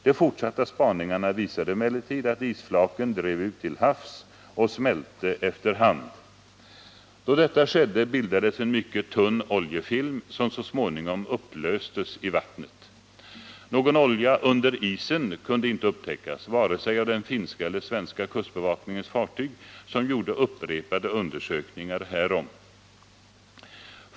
De fortsatta spaningarna visade emellertid att isflaken drev ut till havs och smälte efter hand. Då detta skedde, bildades en mycket tunn oljefilm som så småningom upplöstes i vattnet. Någon olja under isen kunde inte upptäckas, vare sig av den finska eller svenska kustbevakningens fartyg, som gjorde upprepade undersökningar härom.